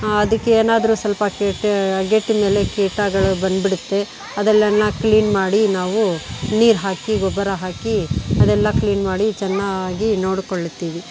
ಅದಕ್ಕೆ ಏನಾದರೂ ಸ್ವಲ್ಪ ಕೀಟ ಅಗೇಡಿನಲ್ಲಿ ಕೀಟಗಳು ಬಂದುಬಿಡತ್ತೆ ಅದನ್ನೆಲ್ಲ ಕ್ಲೀನ್ ಮಾಡಿ ನಾವು ನೀರು ಹಾಕಿ ಗೊಬ್ಬರ ಹಾಕಿ ಅದೆಲ್ಲ ಕ್ಲೀನ್ ಮಾಡಿ ಚೆನ್ನಾಗಿ ನೋಡ್ಕೊಳ್ಳುತ್ತೇವೆ